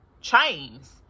chains